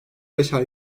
beşer